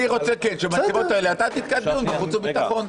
אני רוצה שבנסיבות האלה אתה תתקע דיון בוועדת החוץ והביטחון.